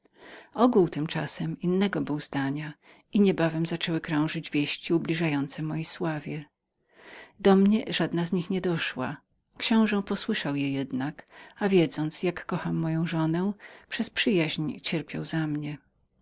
ogół tymczasem innego był zdania i niebawem zaczęły krążyć wieści ubliżające mojej sławie do mnie żadna z nich nie doszła książe jednak posłyszał je wiedział jak kochałem moją żonę i przez przyjaźń cierpiał za mnie